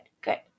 good